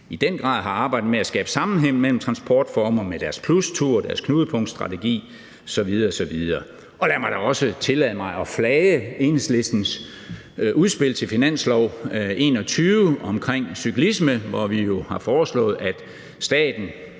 i den grad har arbejdet med at skabe sammenhæng mellem transportformer med deres plusture, deres knudepunktsstrategi osv. osv. Lad mig da også tillade mig at flage Enhedslistens udspil til finanslov 2021 omkring cyklisme, hvor vi jo har foreslået, at staten